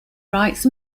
writes